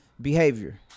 behavior